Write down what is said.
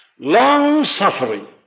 Long-suffering